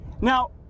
Now